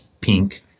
pink